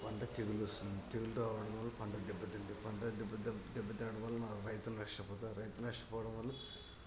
పంట తెగులు వస్తుంది తెగులు రావడం వల్ల పంట దెబ్బతింటుంది పంట దెబ్బ దెబ్బతినడం వల్ల రైతులు నష్టపోతారు రైతులు నష్టపోవడం వల్ల